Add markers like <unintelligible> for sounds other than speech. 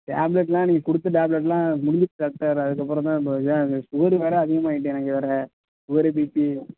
டேப்லெட்லாம் நீங்கள் கொடுத்த டேப்லெட்லாம் முடிஞ்சுட்டு டாக்டர் அதுக்கு அப்புறந்தான் <unintelligible> இந்த சுகர் வேற அதிகமாகிட்டு எனக்கு வேற சுகரு பிபி